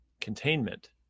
containment